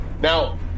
Now